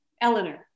Eleanor